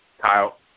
Kyle